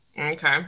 Okay